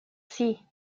sea